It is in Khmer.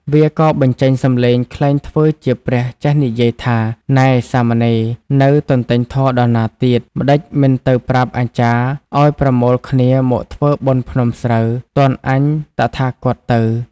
វាក៏បញ្ចេញសំឡេងក្លែងធ្វើជាព្រះចេះនិយាយថា នែ ! សាមណេរ ! នៅទន្ទេញធម៌ដល់ណាទៀត ! ម្ដេចមិនទៅប្រាប់អាចារ្យឲ្យប្រមូលគ្នាមកធ្វើបុណ្យភ្នំស្រូវ ទាន់អញតថាគតទៅ ។